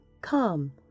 Come